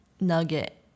nugget